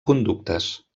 conductes